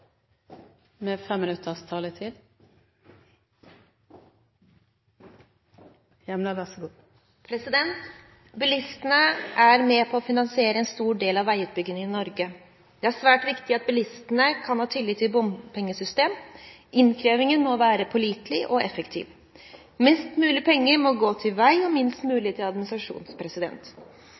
med på å finansiere en stor del av veiutbyggingen i Norge. Det er svært viktig at bilistene kan ha tillit til bompengesystemet. Innkrevingen må være pålitelig og effektiv. Mest mulig penger må gå til vei og minst mulig til